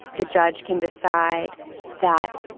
the judge can decide that